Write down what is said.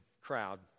crowd